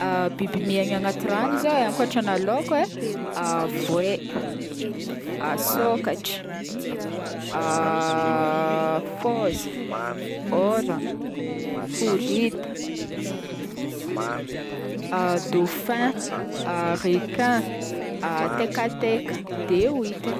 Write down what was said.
Biby miaigny agnatin'ny rano ankotrana laoko e: voay, sôkatra, fôza, hôragna, horita, dauphin, requin, tekateka de huitre.